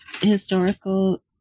historical